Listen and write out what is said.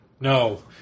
No